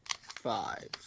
Five